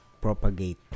propagate